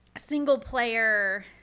single-player